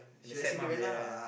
the fat mum yeah